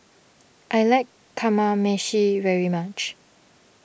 I like Kamameshi very much